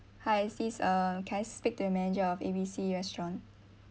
hi sis uh can I speak to the manager of A B C restaurant